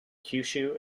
kyushu